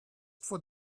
for